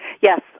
Yes